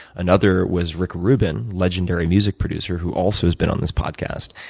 another was rick rubin, legendary music producer who also has been on this podcast.